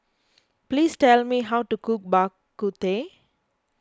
please tell me how to cook Bak Kut Teh